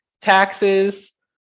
taxes